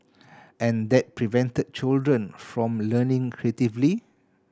and that prevent children from learning creatively